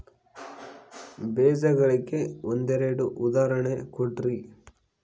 ಬೇಜಗಳಿಗೆ ಒಂದೆರಡು ಉದಾಹರಣೆ ಕೊಡ್ರಿ?